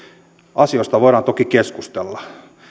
asioista voidaan toki keskustella